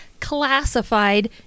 classified